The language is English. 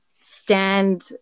stand